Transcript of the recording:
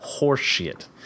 horseshit